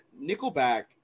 Nickelback